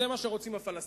זה מה שרוצים הפלסטינים.